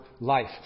life